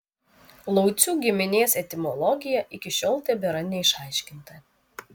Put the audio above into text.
laucių giminės etimologija iki šiol tebėra neišaiškinta